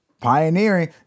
Pioneering